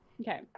Okay